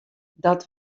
dat